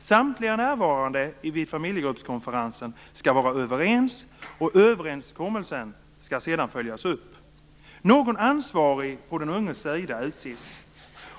Samtliga närvarande vid familjekonferensen skall vara överens och överenskommelsen skall sedan följas upp. Någon ansvarig på den unges sida utses.